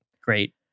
Great